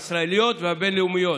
הישראליות והבין-לאומיות,